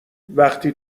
وقتی